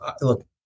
look